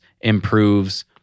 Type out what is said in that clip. Improves